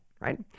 right